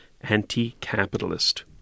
anti-capitalist